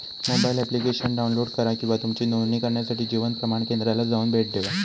mobile application download करा किंवा तुमची नोंदणी करण्यासाठी जीवन प्रमाण केंद्राला जाऊन भेट देवा